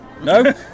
No